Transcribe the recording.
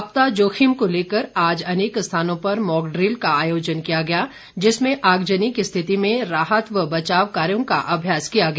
आपदा जोखिम को लेकर आज अनेक स्थानों पर मॉकड़िल का आयोजन किया गया जिसमें आगजनी की रिथति में राहत व बचाव कार्यों का अभ्यास किया गया